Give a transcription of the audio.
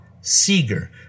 Seeger